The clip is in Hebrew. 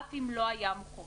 אף אם לא היה מוכרז.